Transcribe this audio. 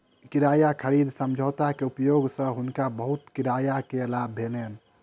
किराया खरीद समझौता के उपयोग सँ हुनका बहुत किराया के लाभ भेलैन